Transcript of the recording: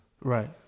Right